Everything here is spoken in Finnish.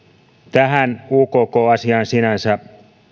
tähän ukk asiaan sinänsä